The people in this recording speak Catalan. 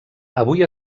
avui